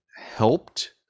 helped